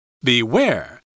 beware